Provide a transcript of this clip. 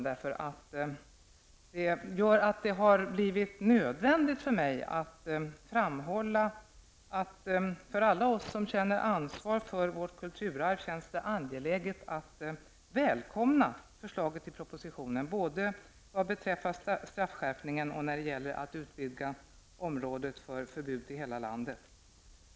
Det har blivit nödvändigt för mig att framhålla att för alla oss som känner ansvar för vårt kulturarv känns det angeläget att välkomna förslaget i propositionen, både beträffande straffskärpningen och när det gäller att utvidga området för förbud till hela landet.